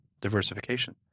diversification